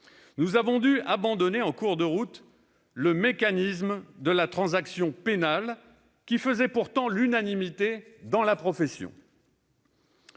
nous avons dû abandonner en cours de route le mécanisme de transaction pénale, qui faisait pourtant l'unanimité dans la profession.